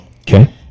Okay